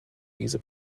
diese